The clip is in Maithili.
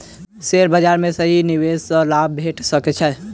शेयर बाजार में सही निवेश सॅ लाभ भेट सकै छै